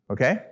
Okay